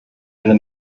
eine